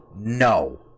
No